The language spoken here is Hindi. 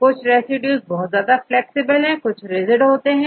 कुछ रेसिड्यूज बहुत ज्यादा फ्लैक्सिबल होते हैं कुछ rigid होते हैं